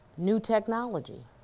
new technology.